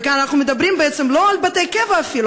וכאן אנחנו מדברים בעצם לא על בתי קבע אפילו,